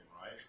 right